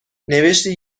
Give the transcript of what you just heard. نوشتی